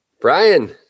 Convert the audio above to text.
Brian